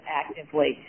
actively